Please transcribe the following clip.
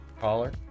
Caller